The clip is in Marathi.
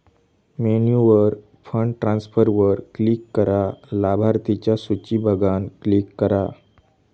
मेन्यूवर फंड ट्रांसफरवर क्लिक करा, लाभार्थिंच्या सुची बघान क्लिक करा